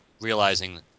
realizing